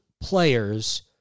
players